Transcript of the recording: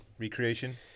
recreation